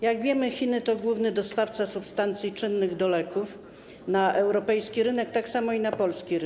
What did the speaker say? Jak wiemy, Chiny to główny dostawca substancji czynnych do leków na europejski rynek, również na polski rynek.